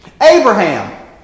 Abraham